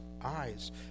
eyes